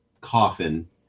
coffin